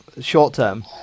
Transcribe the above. short-term